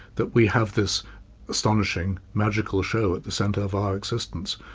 that we have this astonishing, magical show at the centre of our existence,